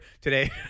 today